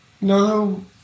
no